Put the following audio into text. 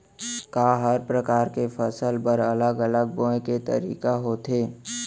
का हर प्रकार के फसल बर अलग अलग बोये के तरीका होथे?